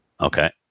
okay